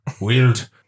wield